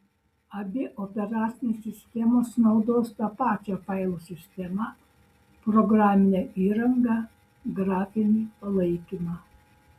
abi operacinės sistemos naudos tą pačią failų sistemą programinę įrangą grafinį palaikymą